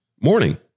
morning